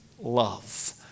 love